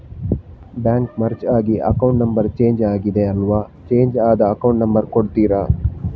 Bank merge ಆಗಿ account number change ಆಗಿದೆ ಅಲ್ವಾ, ಚೇಂಜ್ ಆದ ಅಕೌಂಟ್ ನಂಬರ್ ಕೊಡ್ತೀರಾ?